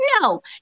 No